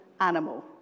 animal